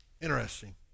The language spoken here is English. interesting